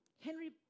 Henry